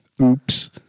Oops